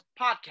podcast